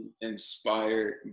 inspired